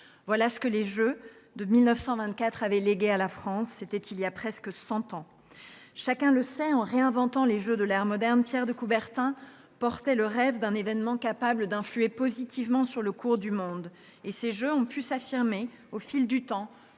voilà ce que les Jeux de 1924 avaient légué à la France. C'était il y a presque cent ans. Chacun le sait, en réinventant les Jeux de l'ère moderne, Pierre de Coubertin portait le rêve d'un événement capable d'une influence positive sur le cours du monde ; ces compétitions ont su s'affirmer au fil du temps